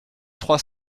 trois